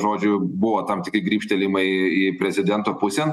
žodžių buvo tam tikri grybštelėjimai į prezidento pusėn